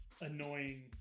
annoying